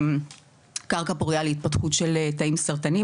קרקע פורייה להתפתחות של תאים סרטניים.